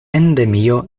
endemio